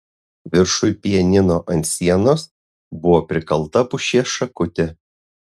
viršuj pianino ant sienos buvo prikalta pušies šakutė